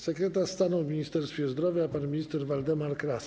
Sekretarz stanu w Ministerstwie Zdrowia pan minister Waldemar Kraska.